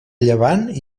llevant